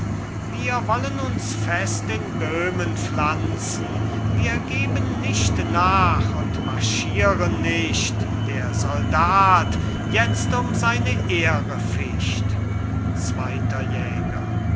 wir wollen uns fest in böhmen pflanzen wir geben nicht nach und marschieren nicht der soldat jetzt um seine ehre ficht zweiter jäger